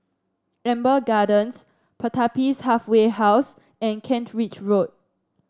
Amber Gardens Pertapis Halfway House and Kent Ridge Road